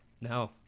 No